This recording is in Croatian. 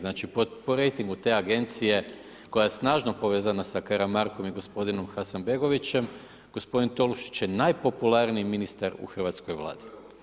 Znači po rjetingu te agencije koja je snažno povezana sa Karamarkom i gospodinom Hasanbegovićem gospodin Tolušić je najpopularniji ministar u hrvatskoj Vladi.